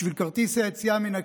בשביל כרטיס היציאה מן הכלא,